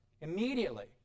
immediately